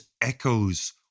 echoes